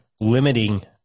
limiting